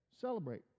celebrate